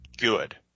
good